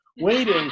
waiting